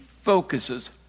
focuses